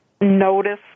notice